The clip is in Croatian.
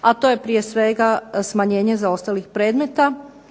a to je prije svega smanjenje zaostalih predmeta,